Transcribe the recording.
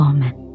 Amen